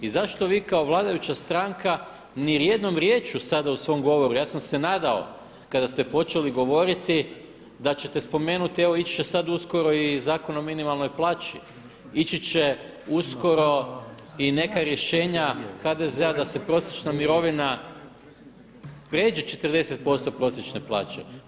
I zašto vi kao vladajuća stranka ni jednom riječju sada u svom govoru, ja sam se nadao kada ste počeli govoriti da ćete spomenuti, evo ići će sada uskoro i Zakon o minimalnoj plaći, ići će uskoro i neka rješenja HDZ-a da se prosječna mirovina pređe 40% prosječne plaće.